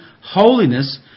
holiness